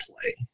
play